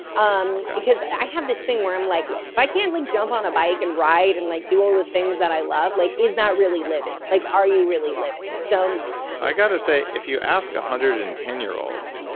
um because i have this thing where i'm like, look, if i can't like jump on a bike and ride, and like do all the things that i love, like is that really living? like are you really living? so i've got to say, if you ask one hundred and ten year olds,